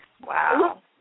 Wow